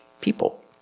people